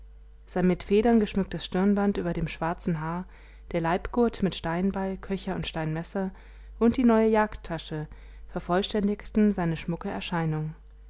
sein mit federn geschmücktes stirnband über dem schwarzen haar der leibgurt mit steinbeil köcher und steinmesser und die neue jagdtasche vervollständigten seine schmucke erscheinung